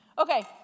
Okay